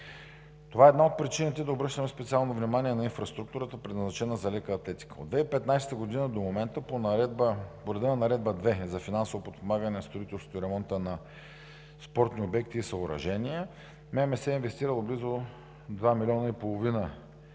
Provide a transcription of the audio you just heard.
Това е една от причините да обръщаме специално внимание на инфраструктурата, предназначена за лека атлетика. От 2015 г. до момента по реда на Наредба № 2 – за финансово подпомагане на строителството и ремонта на спортни обекти и съоръжения, Министерството на младежта и спорта